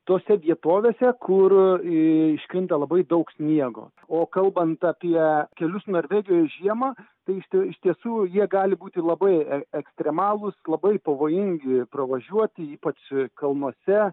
tose vietovėse kur iškrinta labai daug sniego o kalbant apie kelius norvegijoj žiemą tai iš iš tiesų jie gali būti labai ekstremalūs labai pavojingi pravažiuoti ypač kalnuose